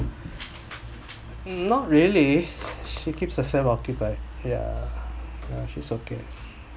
mm not really she keeps herself occupied yeah ya she's okay